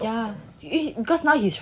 yeah 因为 because now